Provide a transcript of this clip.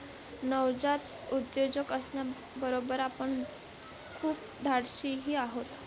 नवजात उद्योजक असण्याबरोबर आपण खूप धाडशीही आहात